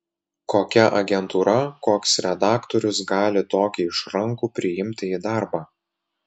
kokia agentūra koks redaktorius gali tokį išrankų priimti į darbą